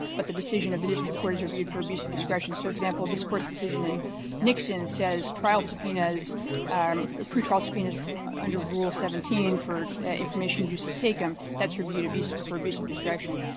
but the decision of the district court has reviewed for abuse of discretion. so, example, this court's decision in nixon says trial subpoenas pretrial subpoenas under rule seventeen for information duces tecum, that's reviewed abuse for abuse of discretion.